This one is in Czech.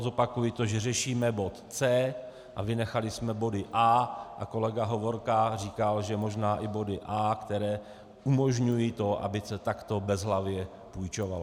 Zopakuji to, že řešíme bod C a vynechali jsme body A a kolega Hovorka říkal, že možná i body A, které umožňují to, aby se takto bezhlavě půjčovalo.